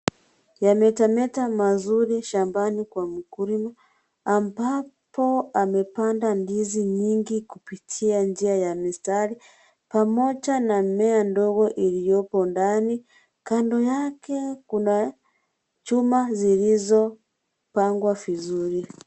Yametameta mazuri shambani Kwa mkulima ambapo amepanda ndizi nyingi kupitia njianya mistari, pamoja na mmea ndogo iliyopo ndani. Kando yake kuna chuma zilizopangwa vizuri.